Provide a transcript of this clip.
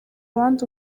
abandi